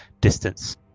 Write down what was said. distance